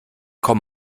komm